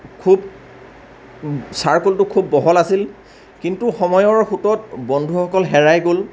খুব চাৰ্কোলটো খুব বহল আছিল কিন্তু সময়ৰ সোঁতত বন্ধুসকল হেৰাই গ'ল